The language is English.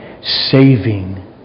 saving